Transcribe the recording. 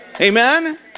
Amen